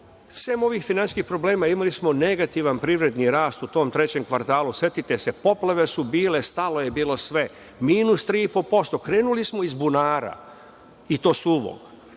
sem ovih finansijskih problema imali smo negativan privredni rast u tom trećem kvartalu. Setite se, poplave su bile, stalo je bilo sve, -3,5%, krenuli smo iz bunara i to suvog.